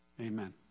Amen